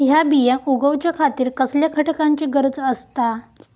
हया बियांक उगौच्या खातिर कसल्या घटकांची गरज आसता?